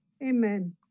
Amen